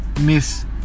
miss